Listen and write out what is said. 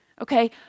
Okay